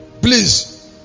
please